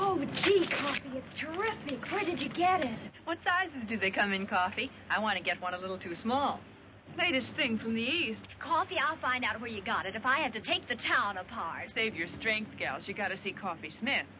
credit you get and what size do they come in coffee i want to get one of the two small latest thing from the east coffee i'll find out where you got it if i had to take the town apart save your strength gals you gotta see coffee smith